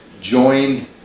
joined